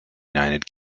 united